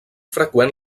freqüent